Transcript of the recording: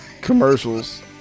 commercials